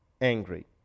angry